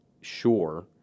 sure